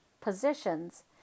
positions